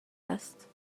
است